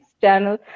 channel